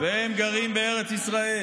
הממשלה שלך היא לא, והם גרים בארץ ישראל.